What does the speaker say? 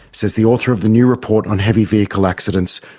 says the author of the new report on heavy-vehicle accidents,